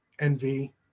envy